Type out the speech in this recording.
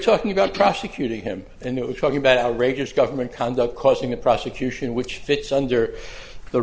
talking about prosecuting him and it was talking about outrageous government conduct causing a prosecution which fits under the